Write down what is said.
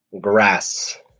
Grass